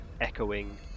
echoing